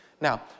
Now